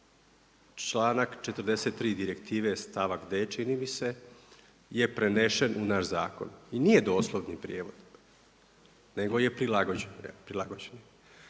članak 43. direktive stavak d, čini mi se je prenesen u naš zakon. I nije doslovni prijevod nego je prilagođen